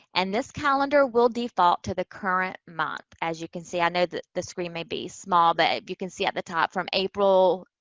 and this calendar will default to the current month, as you can see. i know that the screen may be small, but you can see at the top from may,